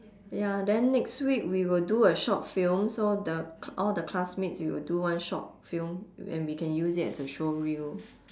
ya then next week we will do a short film so the c~ all the classmates we will do one short film then we can use it as a showreel